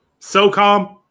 SOCOM